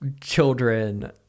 children